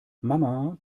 mama